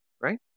right